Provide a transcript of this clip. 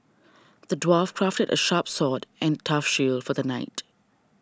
the dwarf crafted a sharp sword and a tough shield for the knight